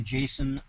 Jason